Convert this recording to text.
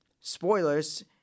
Spoilers